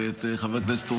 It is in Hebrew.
חברות וחברי הכנסת,